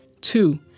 Two